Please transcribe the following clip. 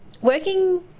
working